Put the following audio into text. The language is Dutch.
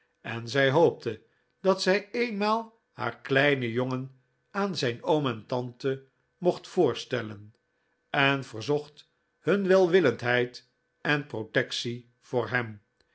en zij hoopte dat zij eenmaal haar kleinen jongen aan zijn oom en tante mocht voorstellen en verzocht hun welwillendheid en protectie voor hem